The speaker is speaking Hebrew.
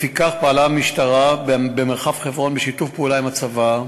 לפיכך פעלה המשטרה במרחב חברון בשיתוף פעולה עם הצבא,